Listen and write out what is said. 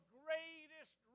greatest